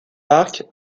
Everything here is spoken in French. park